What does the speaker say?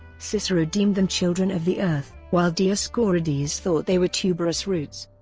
cicero deemed them children of the earth, while dioscorides thought they were tuberous roots.